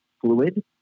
fluid